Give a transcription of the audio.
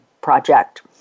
project